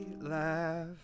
laugh